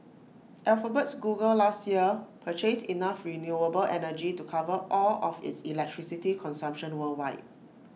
Alphabet's Google last year purchased enough renewable energy to cover all of its electricity consumption worldwide